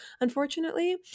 unfortunately